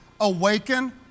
awaken